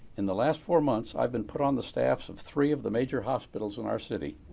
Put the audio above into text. in the last four months, i've been put on the staffs of three of the major hospitals in our city.